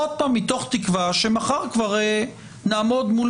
עוד פעם מתוך תקווה שכבר מחר נעמוד מול